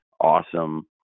awesome